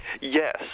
Yes